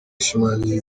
ashimangira